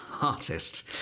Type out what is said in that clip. artist